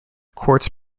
quartz